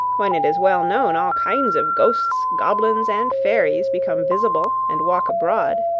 when it is well known all kinds of ghosts, goblins, and fairies become visible and walk abroad,